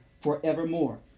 forevermore